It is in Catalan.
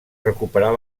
recuperar